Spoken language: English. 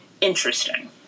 interesting